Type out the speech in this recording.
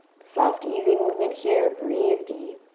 soft easy movement here. breathe deep.